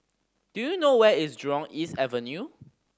do you know where is Jurong East Avenue